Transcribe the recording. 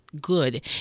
good